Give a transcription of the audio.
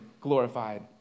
glorified